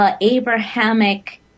Abrahamic